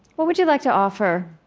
what would you like to offer,